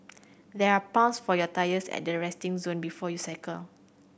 there are pumps for your tyres at the resting zone before you cycle